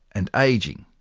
and ageing.